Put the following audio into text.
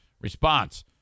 Response